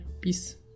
peace